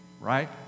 right